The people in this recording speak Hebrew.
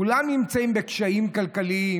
כולם נמצאים בקשיים כלכליים,